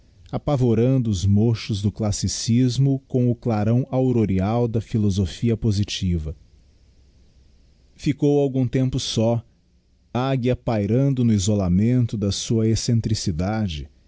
apavorando os mochos do classicismo com o clarão aurorial da philosophia positiva ficou algum tempo só águia pairando no isolamento da sua excentricidade